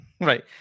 right